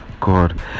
god